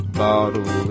bottle